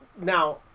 Now